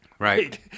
Right